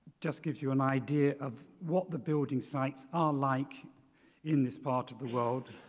just gives you an idea of what the building sites are like in this part of the world.